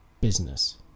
business